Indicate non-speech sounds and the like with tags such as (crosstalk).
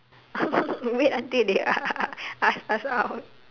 (laughs) wait until they (laughs) ask us out